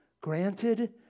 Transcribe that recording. Granted